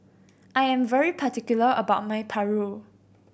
I am very particular about my paru